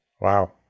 Wow